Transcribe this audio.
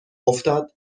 افتاد